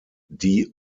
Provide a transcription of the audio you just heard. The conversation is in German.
die